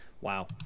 Wow